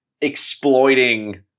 exploiting